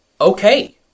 okay